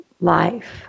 life